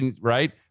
right